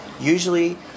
Usually